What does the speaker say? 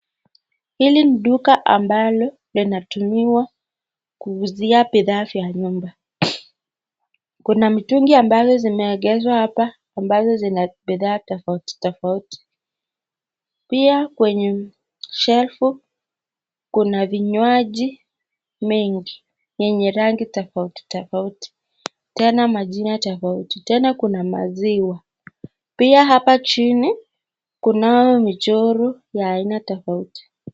Hili ni duka ambalo linatumiwa kuuzia bidhaa vya nyumba kuna mitungi ambalo zimeegezwa hapa ambazo zina bidhaa tofauti tofauti. Pia kwenye shelfu kuna vinywaji mengi yenye rangi tofauti tofauti tena majina tofauti. Tena kuna maziwa. Pia hapa jini kunao michoro ya aina tofauti.